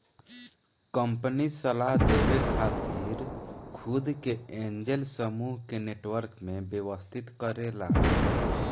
company सलाह देवे खातिर खुद के एंजेल समूह के नेटवर्क में व्यवस्थित करेला